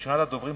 ראשונת הדוברים,